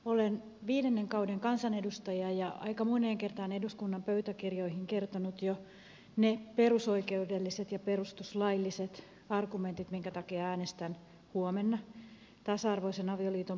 olen viidennen kauden kansanedustaja ja aika moneen kertaan eduskunnan pöytäkirjoihin kertonut jo ne perusoikeudelliset ja perustuslailliset argumentit minkä takia äänestän huomenna tasa arvoisen avioliiton puolesta